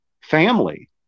family